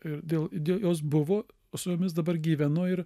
ir dėl dėl jos buvo su jomis dabar gyvenu ir